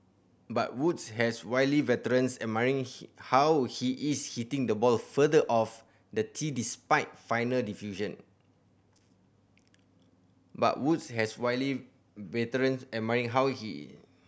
but Woods has wily veterans admiring he how he is hitting the ball further off the tee despite final but Woods has wily veterans admiring how he